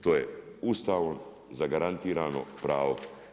To je Ustavom zagarantirano pravo.